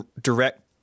direct